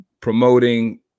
promoting